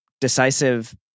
decisive